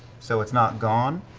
so it's not gone,